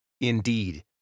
Indeed